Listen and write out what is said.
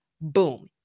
Boom